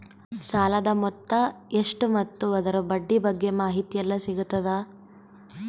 ಸಾಲದ ಮೊತ್ತ ಎಷ್ಟ ಮತ್ತು ಅದರ ಬಡ್ಡಿ ಬಗ್ಗೆ ಮಾಹಿತಿ ಎಲ್ಲ ಸಿಗತದ?